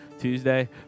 Tuesday